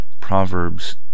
Proverbs